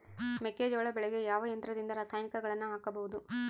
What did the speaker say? ಮೆಕ್ಕೆಜೋಳ ಬೆಳೆಗೆ ಯಾವ ಯಂತ್ರದಿಂದ ರಾಸಾಯನಿಕಗಳನ್ನು ಹಾಕಬಹುದು?